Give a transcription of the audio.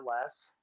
less